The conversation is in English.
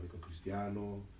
Cristiano